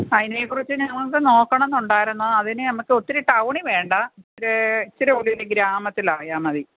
അതിനെ കുറിച്ച് നമുക്ക് നോക്കണമെന്നുണ്ടായിരുന്നു അതിന് നമ്മൾക്ക് ഒത്തിരി ടൗണിൽ വേണ്ട ഇച്ചിരി ഉള്ളിൽ ഗ്രാമത്തിലായാൽ മതി